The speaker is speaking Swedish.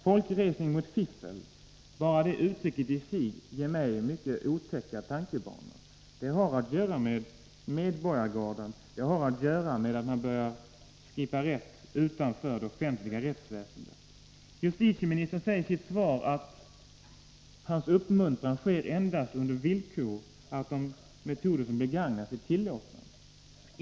Folkresning mot fiffel — bara uttrycket leder mina tankar in på otäcka banor. Det har att göra med medborgargarden, det har att göra med rättskipning utanför det offentliga rättsväsendet. Justitieministern säger i sitt svar att hans uppmuntran endast sker på villkor att de metoder som begagnas är tillåtna.